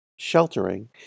sheltering